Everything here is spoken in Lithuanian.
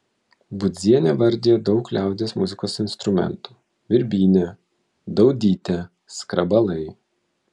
budzienė vardija daug liaudies muzikos instrumentų birbynė daudytė skrabalai